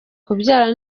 kubyara